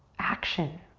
action,